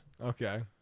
Okay